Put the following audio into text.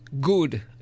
good